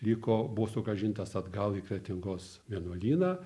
liko buvo sugrąžintas atgal į kretingos vienuolyną